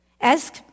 Ask